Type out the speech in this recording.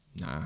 Nah